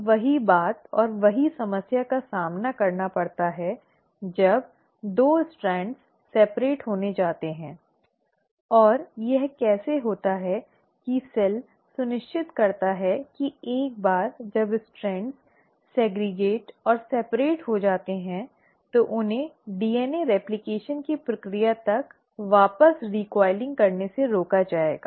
अब वही बात और वही समस्या का सामना करना पड़ता है जब 2 स्ट्रैंड अलग होने जाते हैं और यह कैसे होता है कि सेल सुनिश्चित करता है कि एक बार जब स्ट्रैंड सेग्रगैटिड और अलग हो जाते हैं तो उन्हें डीएनए रेप्लकेशन की प्रक्रिया तक वापस रिकॉलिंग करने से रोका जाएगा